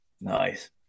Nice